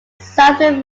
southern